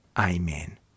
Amen